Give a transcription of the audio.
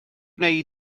wnei